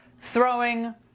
throwing